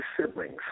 siblings